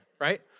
right